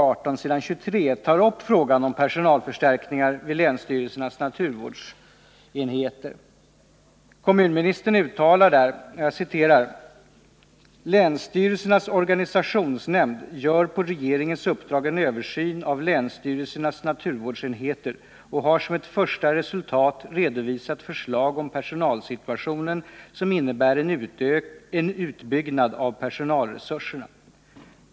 18 s. 23, tar upp frågan om personalförstärkningar vid länsstyrelsernas naturvårdsenheter. Kommunministern uttalar: ”Länsstyrelsernas Organisationsnämnd gör på regeringens uppdrag en översyn av länsstyrelsernas naturvårdsenheter och har som ett första resultat redovisat förslag om personalsituationen som innebär en utbyggnad av personalresurserna.